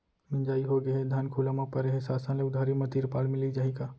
मिंजाई होगे हे, धान खुला म परे हे, शासन ले उधारी म तिरपाल मिलिस जाही का?